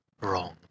wrong